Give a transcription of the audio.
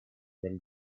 with